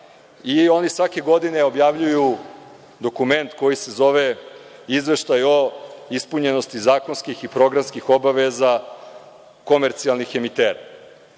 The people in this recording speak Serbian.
i oni svake godine objavljuju dokument koji se zove - Izveštaj o ispunjenosti zakonskih i programskih obaveza komercijalnih emitera. Čitajući